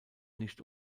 nicht